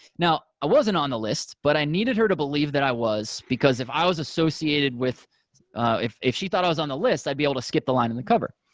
now, i wasn't on the list, but i needed her to believe that i was, because if i was associated with if if she thought i was on the list, i'd be able to skip the line and the cover.